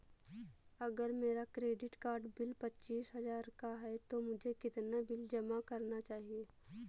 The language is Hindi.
अगर मेरा क्रेडिट कार्ड बिल पच्चीस हजार का है तो मुझे कितना बिल जमा करना चाहिए?